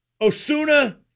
Osuna